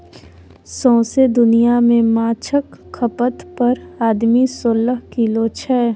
सौंसे दुनियाँ मे माछक खपत पर आदमी सोलह किलो छै